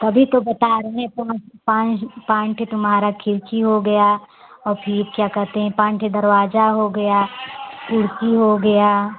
तभी तो बता रहे हैं पांच पाँच पाँच के तुम्हारा खिड़की हो गया और फिर क्या कहते हैं पाँच के दरवाजा हो गया खिड़की हो गया